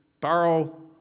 borrow